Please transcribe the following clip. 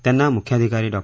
त्यांना मुख्याधिकारी डॉ